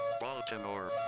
Baltimore